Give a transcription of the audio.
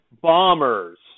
Bombers